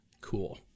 Cool